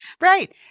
Right